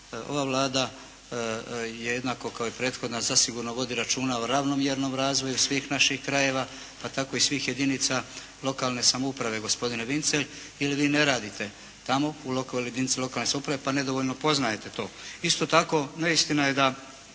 Ovo Vlada jednako kao i prethodna zasigurno vodi računa o ravnomjernom razvoju svih naših krajeva pa tako i svih jedinica lokalne samouprave gospodine Vincelj ili vi ne radite tamo u jedinicama lokalne samouprave pa nedovoljno poznajete to. Isto tako, neistina je da